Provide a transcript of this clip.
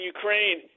Ukraine